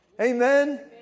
Amen